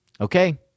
Okay